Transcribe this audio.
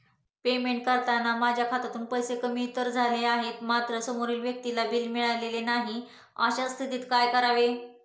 Payment करताना माझ्या खात्यातून पैसे कमी तर झाले आहेत मात्र समोरील व्यक्तीला बिल मिळालेले नाही, अशा स्थितीत काय करावे?